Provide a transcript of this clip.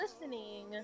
listening